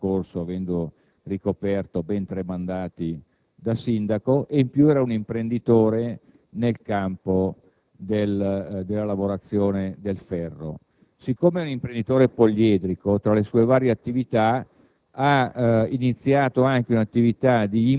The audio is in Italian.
una capacità e ad un'esperienza amministrativa di lungo corso, avendo ricoperto ben tre mandati da sindaco; inoltre, era un imprenditore nel campo della lavorazione del ferro. Siccome è un imprenditore poliedrico, tra le sue varie attività